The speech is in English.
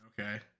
Okay